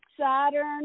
Saturn